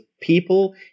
people